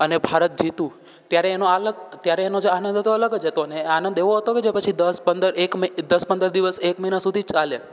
અને ભારત જીત્યું ત્યારે એનો અલગ ત્યારે એનો જે આનંદ હતો ને આનંદ એવો હોય તો કે જે પછી દસ પંદર એક દસ પંદર દિવસ એક મહિના સુધી ચાલે